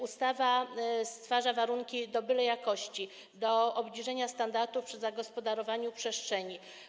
Ustawa stwarza warunki do bylejakości i do obniżenia standardów przy zagospodarowaniu przestrzeni.